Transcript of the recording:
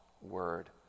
Word